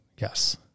Yes